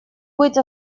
быть